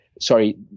Sorry